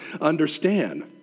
understand